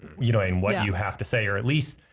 you knowing what you have to say or at least?